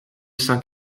saint